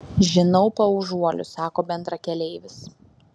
žinau paužuolius sako bendrakeleivis